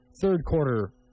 third-quarter